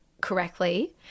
correctly